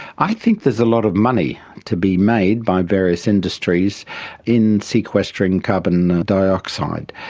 i think there's a lot of money to be made by various industries in sequestering carbon dioxide,